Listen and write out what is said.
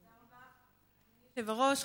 תודה רבה, אדוני היושב-ראש.